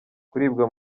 kuribwa